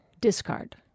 discard